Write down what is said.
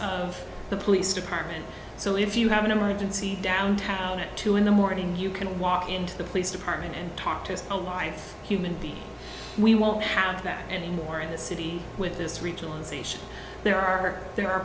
of the police department so if you have an emergency downtown at two in the morning you can walk into the police department and talk to a life human being we won't have that anymore in the city with this regionalization there are there are